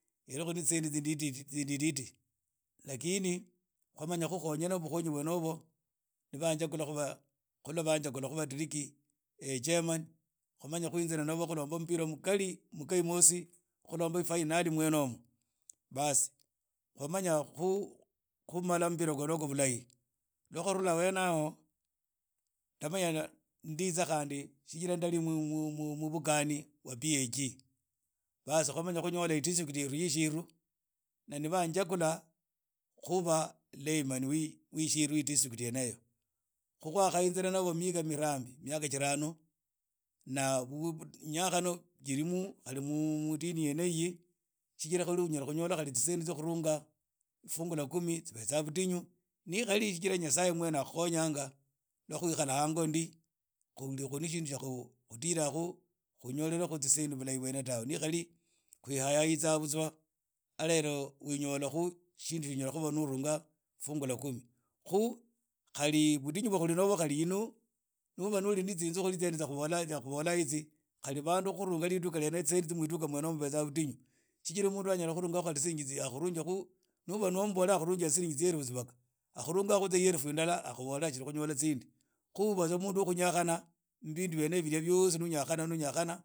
Tsisendi tsindididi lakini khwamanya khukhinya bukhonyi bwene hobwo ni banjagula khuba ni khuli banjagula khuba trirki eeeh chairman kwamanya khulomba mpira khundi mkhari mkaimosi khulomba ifainali mwene omwo baaab kwamanya khumala mpira khwene ukhwo bulahi lwa khwarhula hene aho ndamanya nitsitsa khandi lhuba mubuani wa pag baaas khwamanya khunyola idistrict ye ishiru na nibanjagula khuba layman wi ishiru idistrct yene eyo khu khwakhaynzira nabo emihikha jirhano na jinyakhano jirimu jirimu dini yene iyi tsijira khali unyala khunyola tsisendi tsyo khurunga fungu la kumi tsivetsa tsindinyu nikhari jigira nyasaye mwene akhukhonyanga lwa khwekhala hango ndi khuli na tsindu tsay khudira khu khunyole khu tsisendi bulahi bwene tawe nikhari khwiyayaitsa butswa khunyola shindu tsya uba no urnga khu fungu la kumi khu khali budinyu bwakhuli nabwo yinu nona nu uli ne zinzu khuli tsya khubola itsi khali bandu khurunga rhidukha ryene iri buba butinyu tsijira mundu anayala khurunga tsisiringi tsya akhurunje khu no uba umbole akhurunge tsierefu tsivaga arhunga ierefu ndala akhubola ashiri khunyola tsinde khu ubetsa mundu wo khuyangana mu bindu byene hibyi byosi no nyakhana no nyakhana.